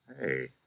Hey